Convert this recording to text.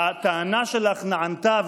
הטענה שלך נענתה,